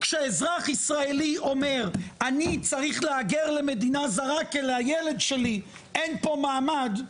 כשאזרח ישראלי אומר אני צריך להגר למדינה זרה כי לילד שלי אין פה מעמד,